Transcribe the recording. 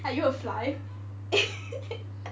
are you a fly